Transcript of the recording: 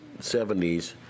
70s